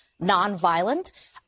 nonviolent